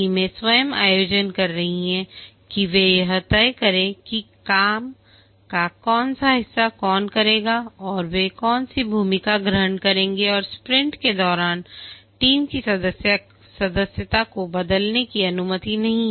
टीमें स्वयं आयोजन कर रही हैं कि वे यह तय करें कि काम का कौन सा हिस्सा कौन करेंगे और वे कौन सी भूमिका ग्रहण करेंगे और स्प्रिंट के दौरान टीम की सदस्यता को बदलने की अनुमति नहीं है